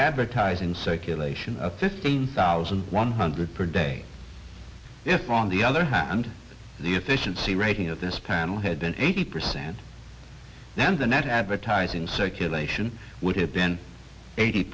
advertising circulation of fifteen thousand one hundred per day on the other hand the efficiency rating of this panel had been eighty percent then the net advertising circulation would have been eighty